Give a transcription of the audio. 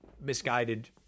misguided